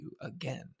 again